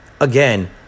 again